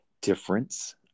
difference